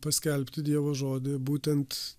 paskelbti dievo žodį būtent